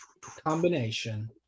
combination